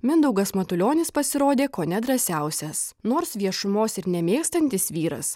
mindaugas matulionis pasirodė kone drąsiausias nors viešumos ir nemėgstantis vyras